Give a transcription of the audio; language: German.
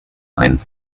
ein